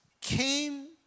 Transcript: came